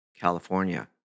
California